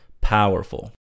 powerful